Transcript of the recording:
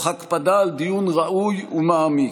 עם הקפדה על דיון ראוי ומעמיק,